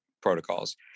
protocols